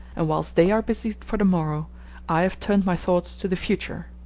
and whilst they are busied for the morrow i have turned my thoughts to the future.